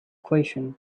question